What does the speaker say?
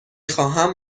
خواهم